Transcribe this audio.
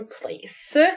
place